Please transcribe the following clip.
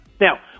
Now